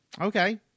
Okay